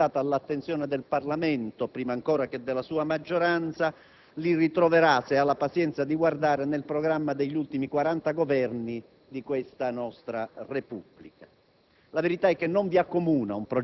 Mosè! I 12 titoli da lei presentati all'attenzione del Parlamento, prima ancora che della sua maggioranza, li ritroverà, se ha la pazienza di controllare, nel programma degli ultimi 40 Governi di questa nostra Repubblica.